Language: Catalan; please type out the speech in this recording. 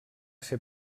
ser